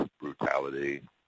brutality